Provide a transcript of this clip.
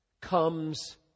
comes